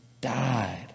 died